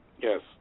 Yes